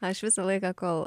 aš visą laiką kol